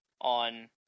on